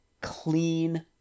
clean